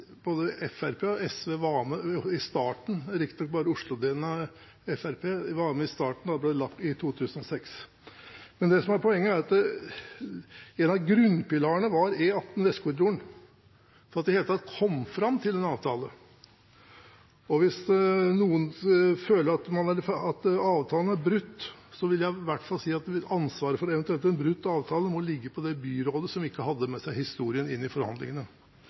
Både Fremskrittspartiet og SV, riktignok bare Oslo-delen av Fremskrittspartiet, var med i starten, i 2006. Men det som er poenget, er at en av grunnpilarene for at de i det hele tatt kom fram til en avtale, var E18 Vestkorridoren. Og hvis noen føler at avtalen er brutt, vil jeg si at ansvaret for en eventuelt brutt avtale må ligge hos det byrådet som ikke hadde med seg historien inn i forhandlingene.